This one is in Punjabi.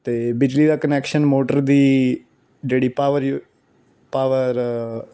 ਅਤੇ ਬਿਜਲੀ ਦਾ ਕਨੈਕਸ਼ਨ ਮੋਟਰ ਦੀ ਜਿਹੜੀ ਪਾਵਰ ਪਾਵਰ